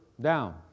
down